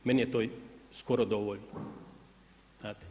Meni je to skoro dovoljno, znate.